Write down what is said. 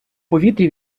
повітрі